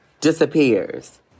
disappears